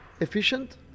efficient